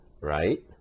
right